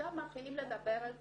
שעכשיו מתחילים לדבר על זה,